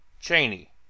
Cheney